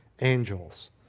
angels